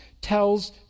tells